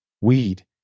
Weed